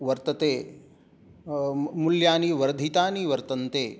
वर्तते मूल्यानि वर्धितानि वर्तन्ते